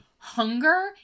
hunger